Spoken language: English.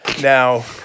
now